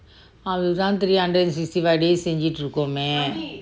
அது தா:athu thaa three hundred and sixty five days செஞ்சிட்டு இருக்கோமே:senjittu irukkome